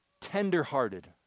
tenderhearted